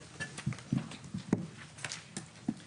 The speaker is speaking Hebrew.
הישיבה ננעלה בשעה 11:52.